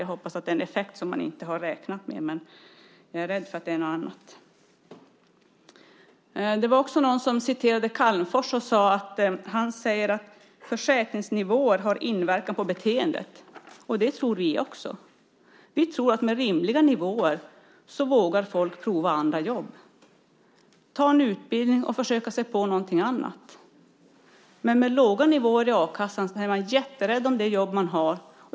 Jag hoppas att det är en effekt som man inte har räknat med, men jag är rädd att det är något annat. Någon citerade Calmfors uttalande om att försäkringsnivåer har inverkan på beteendet. Det tror vi också. Vi tror att med rimliga nivåer vågar folk prova andra jobb, ta en utbildning och försöka sig på någonting annat. Med låga nivåer i a-kassan är man jätterädd om det jobb man har.